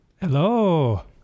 Hello